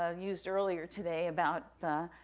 ah used earlier today about,